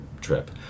trip